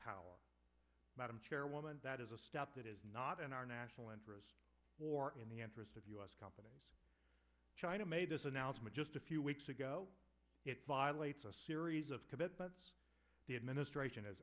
power madam chairwoman that is a step that is not in our national interest or in the interest of u s companies china made this announcement just a few weeks ago it violates a series of credit but the administration is